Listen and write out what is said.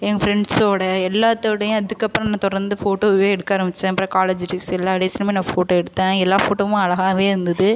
என் ஃபிரண்ட்ஸோடு எல்லாத்தோடையும் அதுக்கப்புறம் நான் தொடர்ந்து ஃபோட்டோவே எடுக்க ஆரம்பித்தேன் அப்புறம் காலேஜ் டேஸ் எல்லா டேஸ்லையுமே நான் ஃபோட்டோ எடுத்த எல்லா ஃபோட்டோவும் அழகாகவே இருந்தது